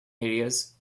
areas